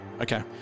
Okay